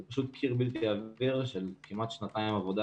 זה פשוט קיר בלתי עביר של כמעט שנתיים עבודה